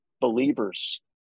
believers